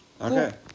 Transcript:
Okay